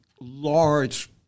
large